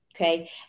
Okay